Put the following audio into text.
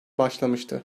başlamıştı